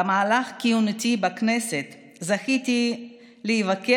במהלך כהונתי בכנסת זכיתי להיווכח,